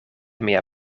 mia